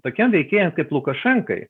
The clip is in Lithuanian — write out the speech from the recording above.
tokiem veikėjam kaip lukašenkai